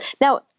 now